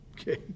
Okay